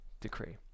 decree